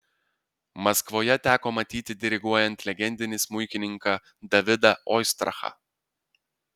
maskvoje teko matyti diriguojant legendinį smuikininką davidą oistrachą